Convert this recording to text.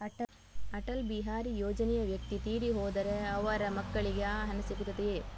ಅಟಲ್ ಬಿಹಾರಿ ಯೋಜನೆಯ ವ್ಯಕ್ತಿ ತೀರಿ ಹೋದರೆ ಅವರ ಮಕ್ಕಳಿಗೆ ಆ ಹಣ ಸಿಗುತ್ತದೆಯೇ?